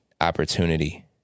opportunity